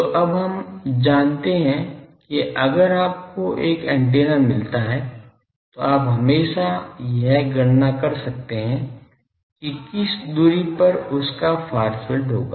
तो अब हम जानते हैं कि अगर आपको एक एंटिना मिलता है तो आप हमेशा यह गणना कर सकते हैं कि किस दूरी पर उसका फार फील्ड होगा